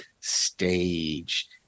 stage